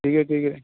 ٹھیک ہے ٹھیک ہے